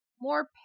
more